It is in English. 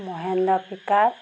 Mahindra pick up